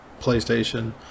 PlayStation